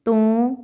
ਤੋਂ